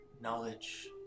knowledge